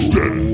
Dead